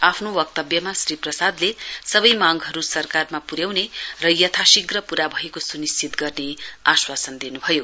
आफ्नो वक्तव्यमा श्री प्रसादले सवै मांगहरु सरकारमा प्र्याउने र यथाशीघ्र पूरा भएको स्निश्चित गर्ने आशवासन दिन्भयो